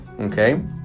Okay